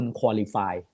qualify